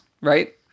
right